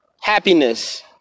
happiness